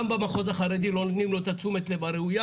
גם במחוז החרדי לא נותנים לו את תשומת הלב הראויה